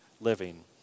living